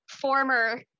former